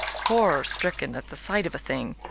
horror-stricken at the sight of a thing.